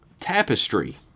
Tapestry